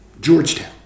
Georgetown